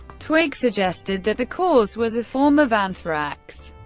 twigg suggested that the cause was a form of anthrax,